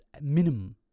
minimum